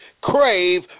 Crave